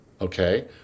Okay